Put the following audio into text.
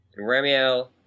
ramiel